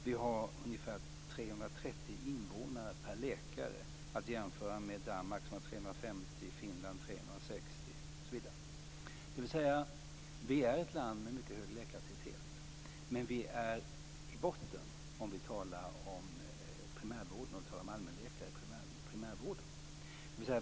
Vi har ungefär 330 invånare per läkare, att jämföra med Danmark som har 350 och Vi är alltså ett land med mycket hög läkartäthet, men vi är i botten om vi talar om allmänläkare i primärvården.